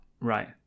Right